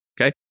Okay